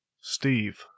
Steve